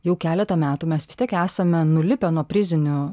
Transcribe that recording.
jau keletą metų mes vis tiek esame nulipę nuo prizinių